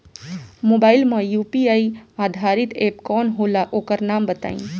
Mobile म UPI आधारित app कौन होला ओकर नाम बताईं?